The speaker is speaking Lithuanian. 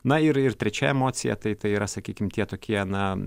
na ir ir trečia emocija tai tai yra sakykim tie tokie na